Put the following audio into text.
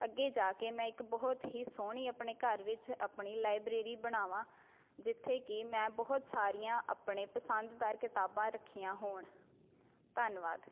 ਅੱਗੇ ਜਾ ਕੇ ਮੈਂ ਇੱਕ ਬਹੁਤ ਹੀ ਸੋਹਣੀ ਆਪਣੇ ਘਰ ਵਿੱਚ ਆਪਣੀ ਲਾਇਬ੍ਰੇਰੀ ਬਣਾਵਾਂ ਜਿੱਥੇ ਕਿ ਮੈਂ ਬਹੁਤ ਸਾਰੀਆਂ ਆਪਣੇ ਪਸੰਦਦਾਰ ਕਿਤਾਬਾਂ ਰੱਖੀਆਂ ਹੋਣ ਧੰਨਵਾਦ